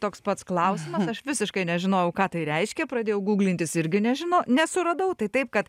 toks pats klausimas aš visiškai nežinojau ką tai reiškė pradėjau guglintis irgi nežino nesuradau tai taip kad